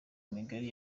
migari